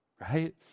right